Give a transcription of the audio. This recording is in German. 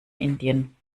indien